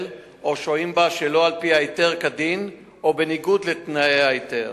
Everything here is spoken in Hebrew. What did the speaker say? או שוהים בה שלא על-פי ההיתר כדין או בניגוד לתנאי ההיתר.